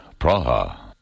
Praha